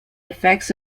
effects